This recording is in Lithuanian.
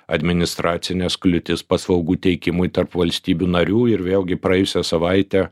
administracines kliūtis paslaugų teikimui tarp valstybių narių ir vėlgi praėjusią savaitę